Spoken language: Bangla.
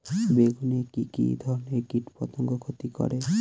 বেগুনে কি কী ধরনের কীটপতঙ্গ ক্ষতি করে?